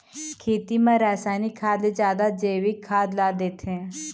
खेती म रसायनिक खाद ले जादा जैविक खाद ला देथे